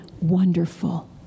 wonderful